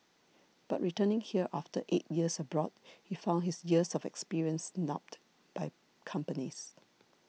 but returning here after eight years abroad he found his years of experience snubbed by companies